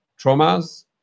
traumas